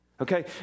Okay